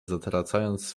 zatracając